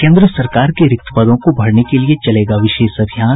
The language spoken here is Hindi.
केन्द्र सरकार के रिक्त पदों को भरने के लिए चलेगा विशेष अभियान